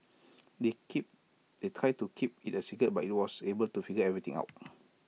they keep they tried to keep IT A secret but he was able to figure everything out